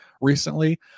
recently